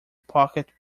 pocket